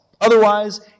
Otherwise